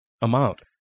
amount